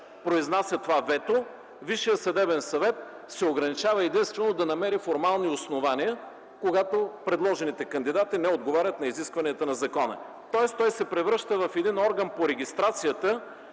произнася това вето, Висшият съдебен съвет се ограничава единствено в това да намери формални основания, когато предложените кандидати не отговарят на изискванията на закона. Следователно се превръща в орган по регистрацията,